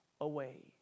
away